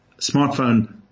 smartphone